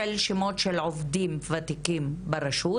של שמות של עובדים ותיקים ברשות.